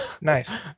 Nice